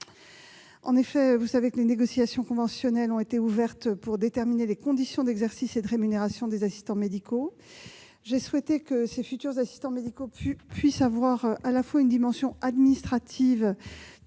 médecine. Vous le savez, des négociations conventionnelles ont été ouvertes pour déterminer les conditions d'exercice et de rémunération des assistants médicaux. J'ai souhaité que ces futurs assistants médicaux aient à la fois une fonction administrative,